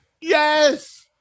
Yes